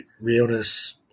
realness